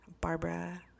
Barbara